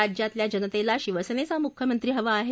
राज्यातल्या जनतेला शिवसेनेचा मुख्यमंत्री हवा आहे